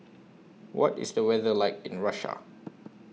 What IS The weather like in Russia